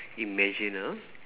imagine ah